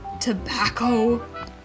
tobacco